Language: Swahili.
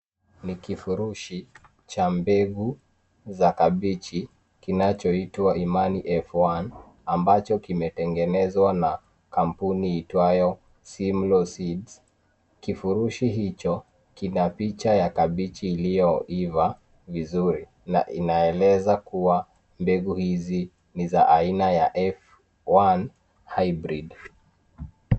Ni kifurishi cha mbegu za kabechi kinachoitwa Imani F1 ambacho kimetengenezwa na kampuni iitwayo Simlo seeds . Kifurishi hicho kina picha ya kabichi iliyoiva vizuri na inaeleza kuwa mbegu hizi ni za aina ya F1 hybrid